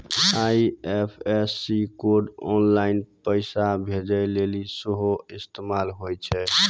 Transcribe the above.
IFSC code online पैसा भेजै लेली सेहो इस्तेमाल होय छै